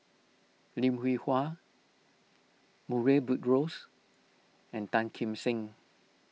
Lim Hwee Hua Murray Buttrose and Tan Kim Seng